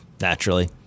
Naturally